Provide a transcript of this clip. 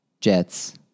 Jets